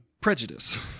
prejudice